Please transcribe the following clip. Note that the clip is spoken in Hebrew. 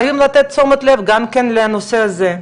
חייבים לתת תשומת לב גם לנושא הזה.